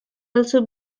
also